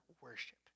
worship